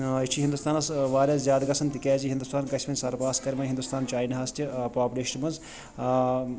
آ یہِ چھُ ہِنٛدوستانَس واریاہ زیادٕ گژھان تِکیٛازِ ہِندوستان گَژھِ نہٕ سَرپاس کَرِ وۄنۍ ہِنٛدوستان چایناہَس تہِ پاپلیشَن منٛز